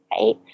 Right